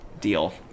deal